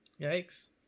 Yikes